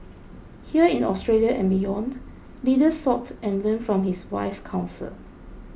here in Australia and beyond leaders sought and learned from his wise counsel